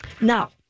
Now